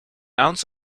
ounce